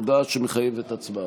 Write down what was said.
הודעה שמחייבת הצבעה.